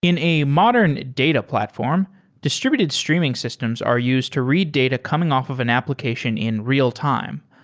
in a modern data platform distributed streaming systems are used to read data coming off of an application in real-time.